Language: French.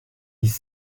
dix